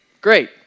Great